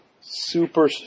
super